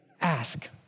ask